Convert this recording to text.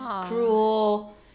cruel